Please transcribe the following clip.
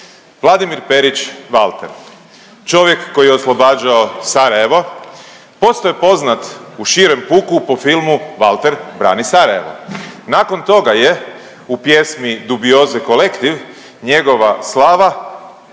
Vladimir Perić Valter, čovjek koji je oslobađao Sarajevo, postao je poznat u širem puku po filmu Valter brani Sarajevo. Nakon toga je u pjesmi Dubioze Kolektiv njegova slava